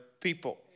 people